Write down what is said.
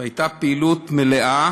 זו הייתה פעילות מלאה,